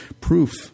proof